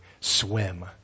swim